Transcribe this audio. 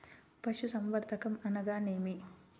పశుసంవర్ధకం అనగానేమి?